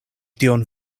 tion